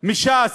מש"ס,